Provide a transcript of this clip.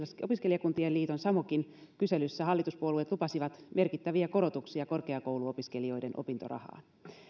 opiskelijakuntien liiton samokin kyselyssä hallituspuolueet lupasivat merkittäviä korotuksia korkeakouluopiskelijoiden opintorahaan